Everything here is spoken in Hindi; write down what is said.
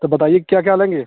तब बताइए क्या क्या लेंगे